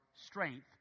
strength